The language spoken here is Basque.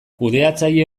kudeatzaile